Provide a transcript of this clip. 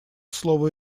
слово